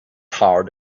hard